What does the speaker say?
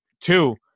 Two